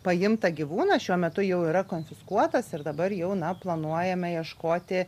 paimtą gyvūną šiuo metu jau yra konfiskuotas ir dabar jau na planuojame ieškoti